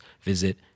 visit